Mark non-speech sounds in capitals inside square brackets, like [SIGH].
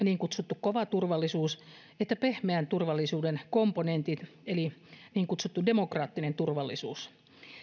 [UNINTELLIGIBLE] niin kutsuttu kova turvallisuus että pehmeän turvallisuuden komponentit eli niin kutsuttu demokraattinen turvallisuus